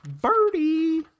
birdie